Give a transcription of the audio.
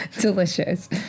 delicious